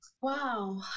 Wow